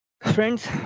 Friends